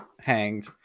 hanged